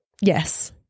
Yes